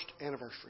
anniversary